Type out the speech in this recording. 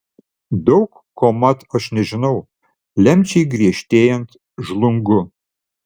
daug ko mat aš nežinau lemčiai griežtėjant žlungu